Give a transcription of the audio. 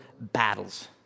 battles